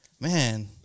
man